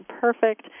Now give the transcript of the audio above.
perfect